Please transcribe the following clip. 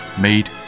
made